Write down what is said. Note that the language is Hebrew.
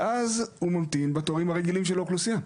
ואז האדם ממתין בתורים הרגילים של האוכלוסייה,